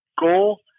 goal